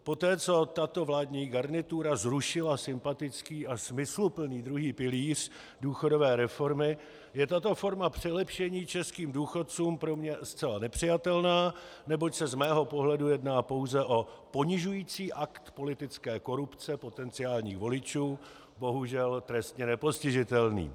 Poté, co tato vládní garnitura zrušila sympatický a smysluplný druhý pilíř důchodové reformy, je tato forma přilepšení českým důchodcům pro mě zcela nepřijatelná, neboť se z mého pohledu jedná pouze o ponižující akt politické korupce potenciálních voličů, bohužel trestně nepostižitelný.